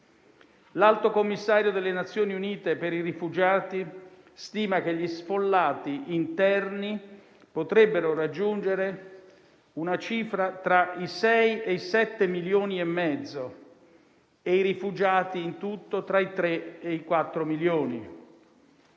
L'Alto commissario delle Nazioni Unite per i rifugiati stima che gli sfollati interni potrebbero raggiungere una cifra tra i 6 e i 7,5 milioni e i rifugiati in tutto tra i 3 e i 4 milioni.